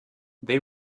they